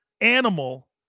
animal